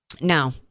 Now